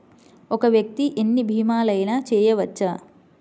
ఒక్క వ్యక్తి ఎన్ని భీమలయినా చేయవచ్చా?